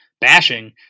bashing